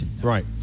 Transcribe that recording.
Right